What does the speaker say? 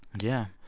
yeah.